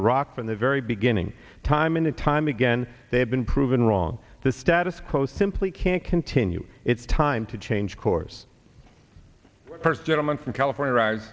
from the very beginning time and time again they have been proven wrong the status quo simply can't continue it's time to change course first gentleman from california arise